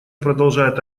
продолжает